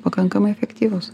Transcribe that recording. pakankamai efektyvūs